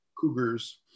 cougars